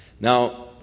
Now